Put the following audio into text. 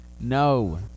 no